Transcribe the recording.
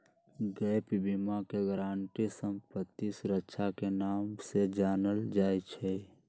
gap बीमा के guarantee संपत्ति सुरक्षा के नाम से जानल जाई छई